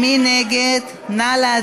מי נגד?